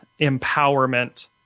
empowerment